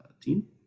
team